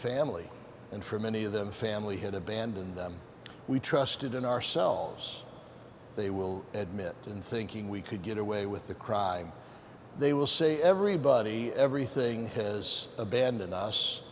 family and for many of them family had abandoned them we trusted in ourselves they will admit it and thinking we could get away with the crime they will say everybody everything has abandoned us